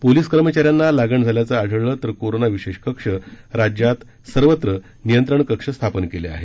police कर्मचाऱ्यांना लागण झाल्याचं आढळल्यास कोरोना विशेष कक्ष राज्यात सर्वत्र नियंत्रण कक्ष स्थापन केले आहेत